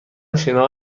شنا